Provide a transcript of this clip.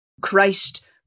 Christ